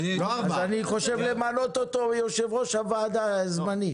אני חושב למנות אותו ליושב-ראש הוועדה הזמני.